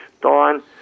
Don